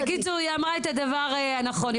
היא אמרה את הדבר הנכון.